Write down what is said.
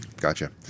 Gotcha